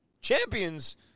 champions